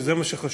שזה מה שחשוב,